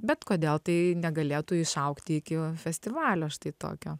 bet kodėl tai negalėtų išaugti iki festivalio štai tokio